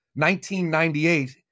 1998